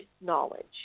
knowledge